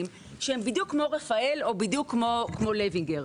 שהם בדיוק כמו רפאל או בדיוק כמו לוינגר.